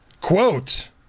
Quote